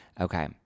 Okay